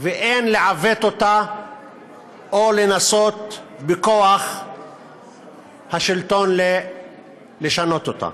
ואין לעוות אותה או לנסות בכוח השלטון לשנות אותה.